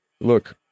Look